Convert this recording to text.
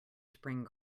spring